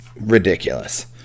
ridiculous